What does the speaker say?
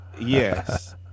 Yes